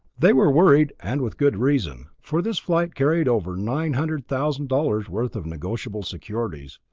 they were worried and with good reason, for this flight carried over nine hundred thousand dollars worth of negotiable securities.